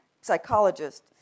psychologist